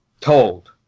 told